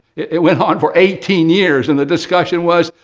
it went on for eighteen years and the discussion was,